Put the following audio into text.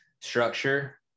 structure